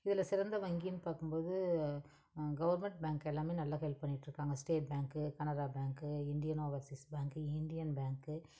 இதில் சிறந்த வங்கினு பார்க்கும்போது கவர்மெண்ட் பேங்க் எல்லாமே நல்லா ஹெல்ப் பண்ணிகிட்டுருக்காங்க state bank Canara bank Indian overseas bank Indian பேங்க்கு